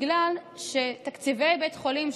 בגלל שתקציבי בתי החולים,